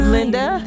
Linda